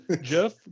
Jeff